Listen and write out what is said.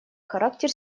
характер